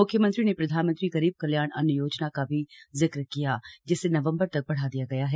म्ख्यमंत्री ने प्रधानमंत्री गरीब कल्याण अन्न योजना का भी जिक्र किया जिसे नवम्बर तक बढ़ा दिया गया है